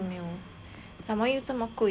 怎么有这么贵将